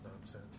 nonsense